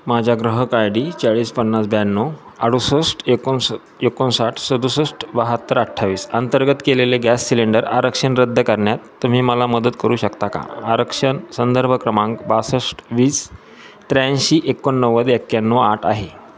माझ्या ग्राहक I D चाळीस पन्नास ब्याण्णव अडुसष्ट एकोनस एकोणसाठ सदुसष्ट बहात्तर अठ्ठावीस अंतर्गत केलेले गॅस सिलेंडर आरक्षण रद्द करण्यात तुम्ही मला मदत करू शकता का आरक्षण संदर्भ क्रमांक बासष्ट वीस त्र्याऐंशी एकोणनव्वद एक्याण्णव आठ आहे